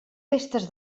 pestes